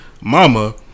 Mama